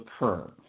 occur